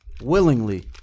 Willingly